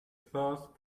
thirst